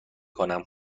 کنم